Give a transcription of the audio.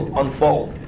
unfold